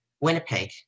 Winnipeg